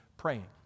praying